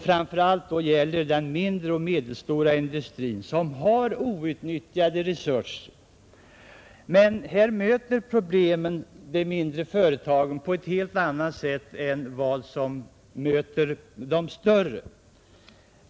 Framför allt gäller det den mindre och medelstora industrin, som har outnyttjade resurser, men här möter problemen de mindre företagen på ett helt annat sätt än de större.